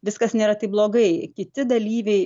viskas nėra taip blogai kiti dalyviai